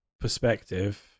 perspective